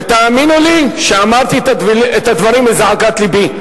ותאמינו לי שאמרתי את הדברים מזעקת לבי.